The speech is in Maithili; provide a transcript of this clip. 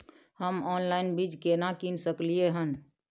हम ऑनलाइन बीज केना कीन सकलियै हन?